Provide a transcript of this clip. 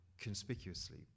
conspicuously